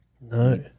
no